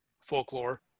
folklore